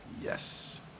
Yes